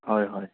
হয় হয়